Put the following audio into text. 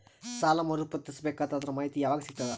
ಸಾಲ ಮರು ಪಾವತಿಸಬೇಕಾದರ ಅದರ್ ಮಾಹಿತಿ ಯವಾಗ ಸಿಗತದ?